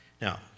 Now